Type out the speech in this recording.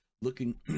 looking